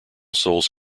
souls